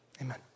amen